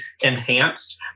enhanced